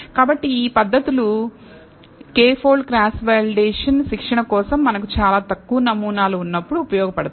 కాబట్టి ఈ పద్ధతులు k పోల్డ్ క్రాస్ వాలిడేషన్ శిక్షణ కోసం మనకు చాలా తక్కువ నమూనాలు ఉన్నప్పుడు ఉపయోగపడతాయి